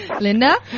Linda